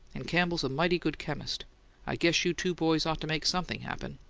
and campbell's a mighty good chemist i guess you two boys ought to make something happen.